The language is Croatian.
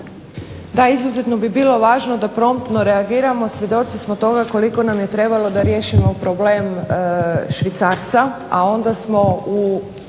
Da izuzetno bi bilo važno da promptno reagiramo, svjedoci smo toga koliko nam je trebalo da riješimo problem švicarca, a onda smo u